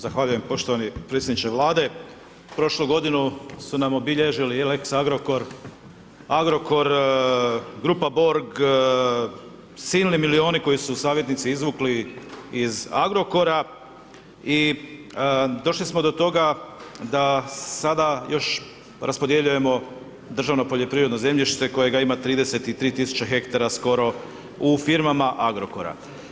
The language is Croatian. Zahvaljujem poštovani predsjedniče Vlade, prošlu godinu su nam obilježili i lex Agrokor, Agorkor, grupa Bork, silni milioni koje su savjetnici izvukli iz Agrokora i došli smo do toga da sada još raspodjeljujemo državno poljoprivredno zemljište kojega ima 33.000 hektara skoro u firmama Agrokora.